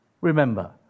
remember